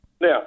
Now